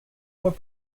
were